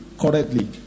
correctly